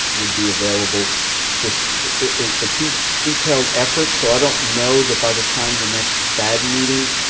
would be available this it's a detailed effort. so i don't know that by the time the next fab meeting,